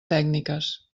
tècniques